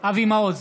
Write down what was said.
אבי מעוז,